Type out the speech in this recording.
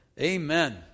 Amen